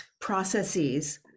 processes